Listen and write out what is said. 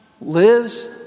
lives